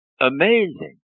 amazing